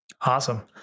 Awesome